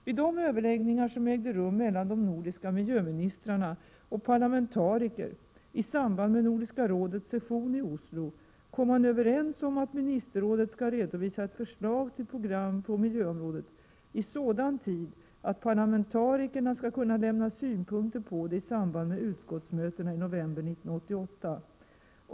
Vid de överläggningar som ägde rum mellan de nordiska miljöministrarna och parlamentariker i samband med Nordiska rådets session i Oslo kom man överens om att ministerrådet skall redovisa ett förslag till program på miljöområdet i sådan tid att parlamentarikerna skall kunna lämna synpunkter på det i samband med utskottsmötena i november 1988.